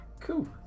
Cool